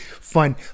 fun